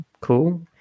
cool